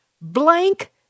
Blank